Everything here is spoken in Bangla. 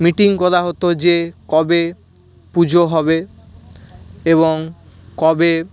মিটিং করা হতো যে কবে পুজো হবে এবং কবে